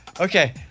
Okay